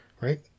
right